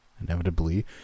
Inevitably